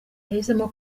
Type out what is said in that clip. yahisemo